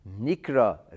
nikra